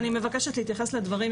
אני מבקשת להתייחס לדברים,